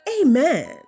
Amen